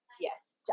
Yes